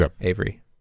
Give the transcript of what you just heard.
Avery